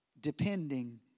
depending